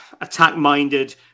attack-minded